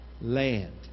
land